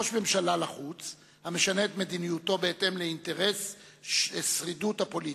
לחוץ המשנה את מדיניותו בהתאם לאינטרס שרידותו הפוליטית.